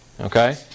Okay